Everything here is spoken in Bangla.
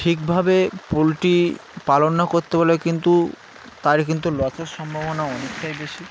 ঠিকভাবে পোলট্রি পালন না করতে বলে কিন্তু তার কিন্তু লসের সম্ভাবনা অনেকটাই বেশি